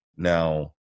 Now